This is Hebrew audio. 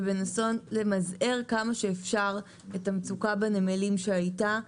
ובניסיון למזער כמה שאפשר את המצוקה שהייתה בנמלים,